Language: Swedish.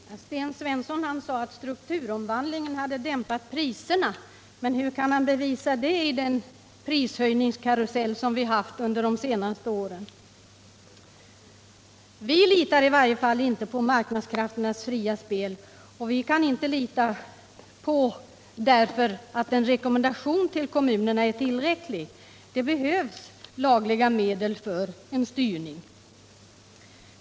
Herr talman! Sten Svensson sade att strukturomvandlingen hade dämpat priserna. Men hur kan han bevisa det med den prishöjningskarusell som vi haft de senaste åren? Vi litar i varje fall inte på marknadskrafternas fria spel, och vi kan därför inte heller lita på att en rekommendation till kommunerna är tillräcklig. Det behövs lagliga medel för en styrning.